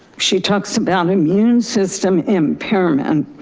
she talks about immune system impairment.